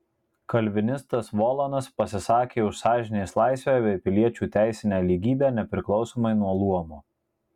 kalvinistas volanas pasisakė už sąžinės laisvę bei piliečių teisinę lygybę nepriklausomai nuo luomo